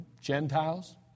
Gentiles